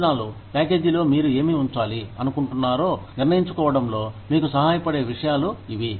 ప్రయోజనాల ప్యాకేజీలో మీరు ఏమి ఉంచాలి అనుకుంటున్నారో నిర్ణయించుకోవడంలో మీకు సహాయపడే విషయాలు ఇవి